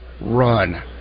run